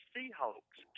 Seahawks